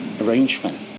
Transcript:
arrangement